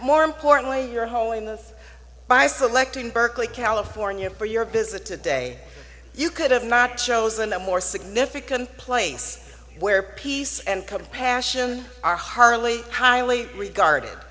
more importantly your holiness by selecting berkeley california for your visit today you could have not chosen a more significant place where peace and compassion are heartily highly regarded